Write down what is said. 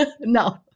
No